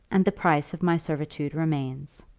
and the price of my servitude remains.